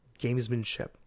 gamesmanship